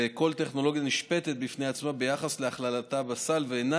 וכל טכנולוגיה נשפטת בפני עצמה ביחס להכללתה בסל ואינה